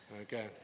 Okay